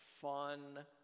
fun